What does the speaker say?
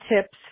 tips